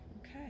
Okay